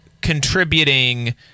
contributing